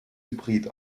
hybrid